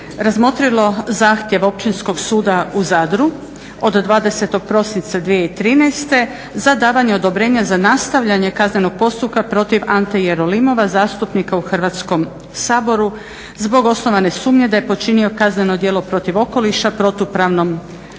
razmotrilo zahtjev Općinskog suda u Zadru od 20. prosinca 2013. za davanje odobrenja za nastavljanje kaznenog postupka protiv Ante Jerolimova, zastupnika u Hrvatskom saboru zbog osnovane sumnje da je počinio kazneno djelo protiv okoliša protupravnom gradnjom